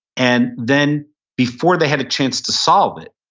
and then before they had a chance to solve it,